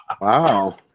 wow